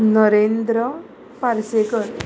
Narendra Parsekar